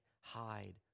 hide